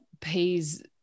pays